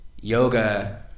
yoga